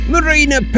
Marina